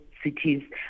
cities